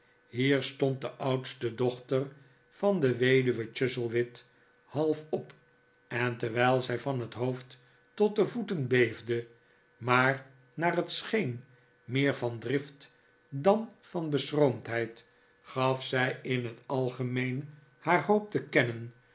hier stond de oudste dochter van de weduwe chuzzlewit half op en terwijl zij van het hoofd tot de voeten beefde maar naar het scheen meer van drift dan van beschroomdheid gaf zij in het algemeen haar hoop te kennen